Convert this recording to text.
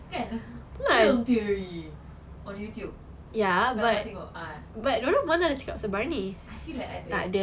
kan film theory on youtube kau dah tengok I feel like ada